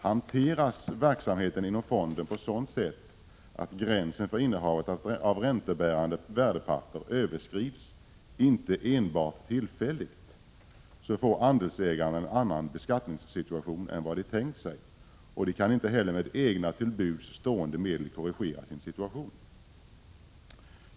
Hanteras verksamheten inom fonden på sådant sätt att gränsen för innehav av räntebärande värdepapper överskrids inte enbart tillfälligt, hamnar andelsägarna i en annan beskattningssituation än vad de tänkt sig, och de kan inte heller med egna till buds stående medel korrigera sin situation.